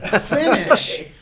Finish